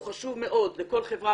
הוא חשוב מאוד לכל חברה,